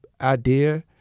idea